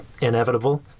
inevitable